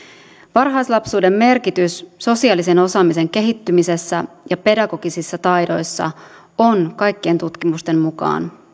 varhaislapsuuden merkitys sosiaalisen osaamisen kehittymisessä ja pedagogisissa taidoissa on kaikkien tutkimusten mukaan